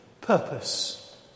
Purpose